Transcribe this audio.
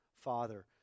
father